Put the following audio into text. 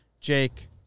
Jake